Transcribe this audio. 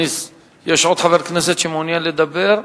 יש עוד חבר כנסת שמעוניין לדבר?